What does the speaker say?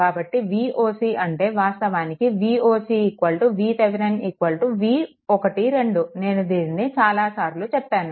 కాబట్టి Voc అంటే వాస్తవానికి ఇది Voc VThevenin V12 నేను దీనిని చాలా సార్లు చెప్పాను